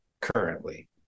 currently